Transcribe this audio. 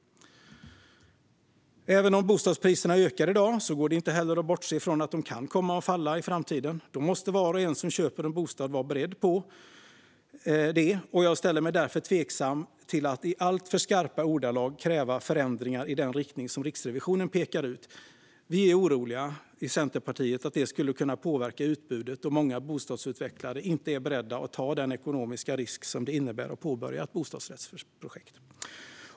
Även om bostadspriserna stiger i dag går det inte att bortse från att de i framtiden kan komma att falla. Det måste var och en som köper en bostad vara beredd på. Jag ställer mig därför tveksam till att i alltför skarpa ordalag kräva förändringar i den riktning som Riksrevisionen pekar ut. Vi i Centerpartiet är oroliga att det skulle kunna påverka utbudet då många bostadsutvecklare inte är beredda att ta den ekonomiska risk det innebär att påbörja ett bostadsrättsprojekt.